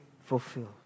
fulfilled